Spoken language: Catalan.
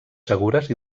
segures